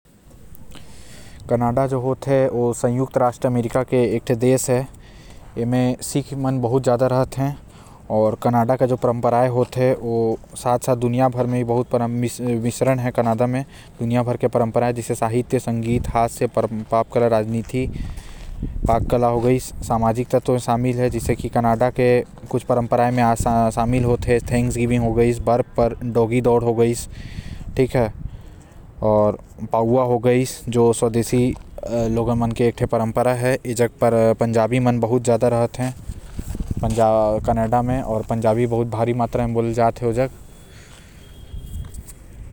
कैनेडा जो है ओ संयुक्त राष्ट्र अमेरिका के एगो देश है| आऊ सीख मन बहुत रहते यहां के परंपरा आऊ संस्कृति भी वैसने है| जैसे दुनिया भर म संस्कृति फ़ैलिस है जैसे बोलूं त संगीत हो गइस सबसे प्रमुख आऊ पहला आऊ नच हास्य आऊ भी बहुत कुछ।